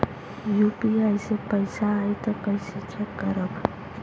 UPI से पैसा आई त कइसे चेक करब?